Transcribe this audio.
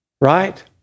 Right